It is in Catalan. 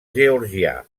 georgià